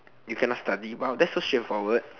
you cannot study !wow! that is so straightforward